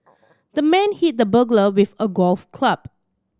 the man hit the burglar with a golf club